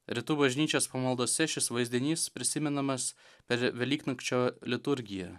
rytų bažnyčios pamaldose šis vaizdinys prisimenamas per velyknakčio liturgiją